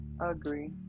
agree